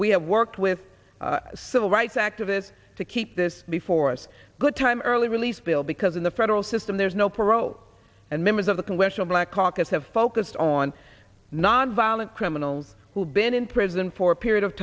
we have worked with civil rights activists to keep this before us a good time early release bill because in the federal system there's no parole and members of the congressional black caucus have focused on nonviolent criminals who have been in prison for a period of